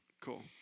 Cool